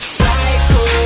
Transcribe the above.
Psycho